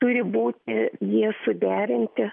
turi būti jie suderinti